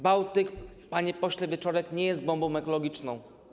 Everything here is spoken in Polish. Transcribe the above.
Bałtyk, panie pośle Wieczorek, nie jest bombą ekologiczną.